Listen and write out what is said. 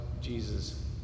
Jesus